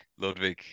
Ludwig